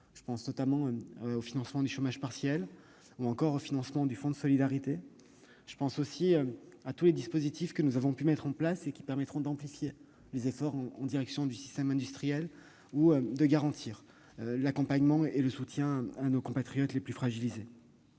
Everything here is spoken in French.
Je pense notamment au financement du chômage partiel ou du fonds de solidarité. Je pense aussi à tous les dispositifs que nous avons mis en place et qui permettront d'amplifier les efforts en direction du secteur industriel ou de garantir l'accompagnement de nos compatriotes les plus fragilisés.